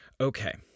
Okay